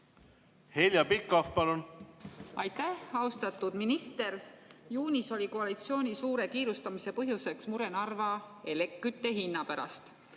Heljo Pikhof, palun! Aitäh, austatud minister! Juunis oli koalitsiooni suure kiirustamise põhjuseks mure Narva kütte hinna pärast.